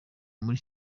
muri